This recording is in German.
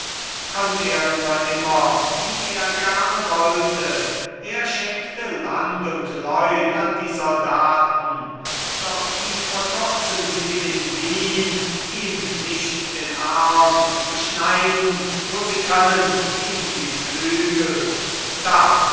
könnt er nur immer wie er gerne wollte er schenkte land und leut an die soldaten doch wie verkürzen sie in wien ihm nicht den arm beschneiden wo sie können ihm die flügel da